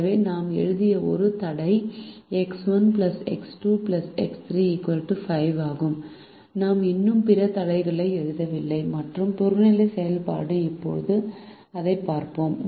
எனவே நாம் எழுதிய ஒரு தடை X1 X2 X3 5 ஆகும் நாம் இன்னும் பிற தடைகளை எழுதவில்லை மற்றும் புறநிலை செயல்பாடு இப்போது அதைப் பார்ப்போம்